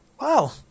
Wow